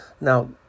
Now